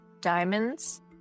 diamonds